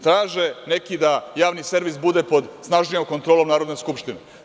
Traže neki da javni servis bude pod snažnijom kontrolom Narodne skupštine.